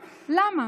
למה?